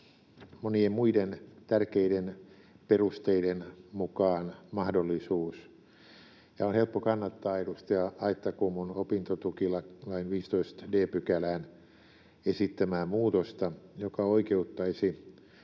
monien muiden tärkeiden perusteiden mukaan mahdollisuus. On helppo kannattaa edustaja Aittakummun opintotukilain 15 d §:ään esittämää muutosta, joka oikeuttaisi